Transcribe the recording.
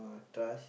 trust